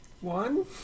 One